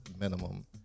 minimum